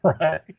Right